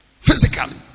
Physically